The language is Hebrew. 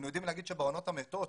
אנחנו יודעים להגיד שבעונות המתות,